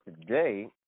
today